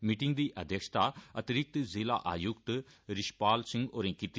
meeting दी अध्यक्षता अतिरिक्त जिला आयुक्त रिशपाल सिंह होरें कीती